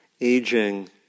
aging